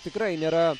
tikrai nėra